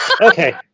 Okay